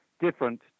different